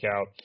out